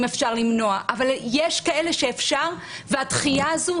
אפשר למנוע אבל יש כאלה שאפשר והדחייה הזאת,